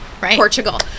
portugal